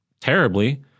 terribly